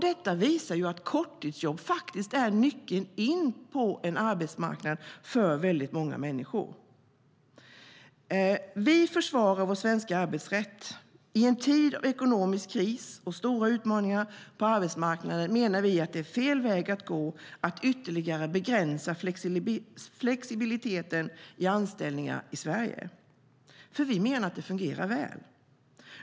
Detta visar att korttidsjobb är nyckeln in på arbetsmarknaden för väldigt många människor. Vi försvarar vår svenska arbetsrätt. Vi menar att det är fel väg att gå att ytterligare begränsa flexibiliteten i anställningar i Sverige i en tid av ekonomisk kris och stora utmaningar på arbetsmarknaden. Vi menar att det fungerar väl.